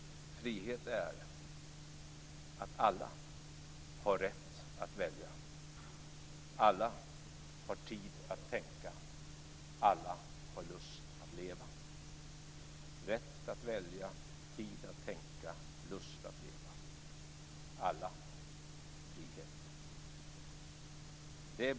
Frihet är att alla har rätt att välja, alla har tid att tänka, alla har lust att leva. Rätt att välja, tid att tänka, lust att leva! Alla! Frihet!